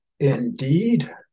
Indeed